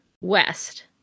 west